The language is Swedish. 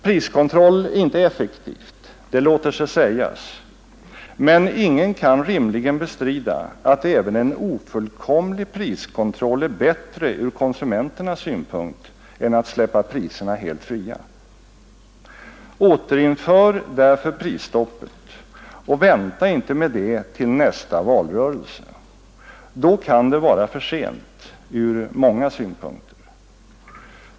Priskontroll är inte effektivt, det låter sig sägas, men ingen kan rimligen bestrida att även en ofullkomlig priskontroll är bättre ur konsumenternas synpunkt än att släppa priserna helt fria. Återinför därför prisstoppet och vänta inte med det till nästa valrörelse! Vid den tidpunkten kan det vara för sent — ur många synpunkter.